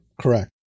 Correct